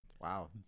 wow